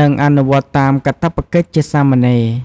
និងអនុវត្តតាមកាតព្វកិច្ចជាសាមណេរ។